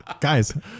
Guys